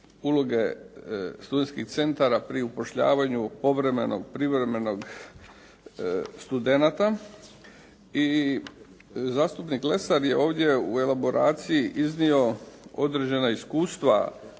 uloge studentskih centara pri upošljavanju povremenog, privremenog studenata i zastupnik Lesar je ovdje u elaboraciji iznio određena iskustva